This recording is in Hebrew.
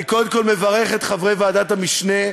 אני קודם כול מברך את חברי ועדת המשנה,